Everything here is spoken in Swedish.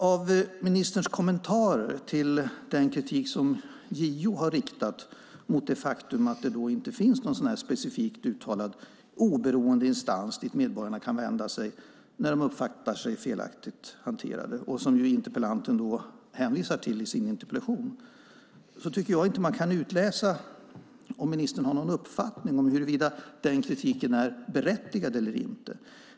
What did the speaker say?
Av ministerns kommentarer till den kritik som JO har riktat mot det faktum att det inte finns någon specifikt uttalad oberoende instans dit medborgarna kan vända sig när de uppfattar sig felaktigt hanterade, vilket interpellanten hänvisar till i sin interpellation, tycker jag inte att man kan utläsa om ministern har någon uppfattning om huruvida kritiken är berättigad eller inte.